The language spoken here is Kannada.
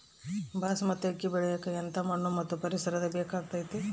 ಬಾಸ್ಮತಿ ಅಕ್ಕಿ ಬೆಳಿಯಕ ಎಂಥ ಮಣ್ಣು ಮತ್ತು ಪರಿಸರದ ಬೇಕಾಗುತೈತೆ?